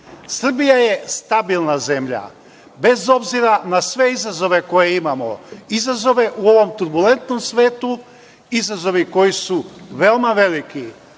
Srbija je stabilna zemlja, bez obzira na sve izazove koje imamo, izazove u ovom turbulentnom svetu, izazovi koji su veoma veliki.